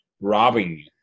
robbing